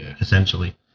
essentially